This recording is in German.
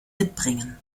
mitbringen